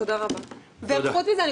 חוץ מזה,